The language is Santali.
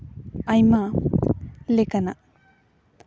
ᱟᱭᱢᱟ ᱞᱮᱠᱟᱱᱟᱜ